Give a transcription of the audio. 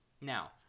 Now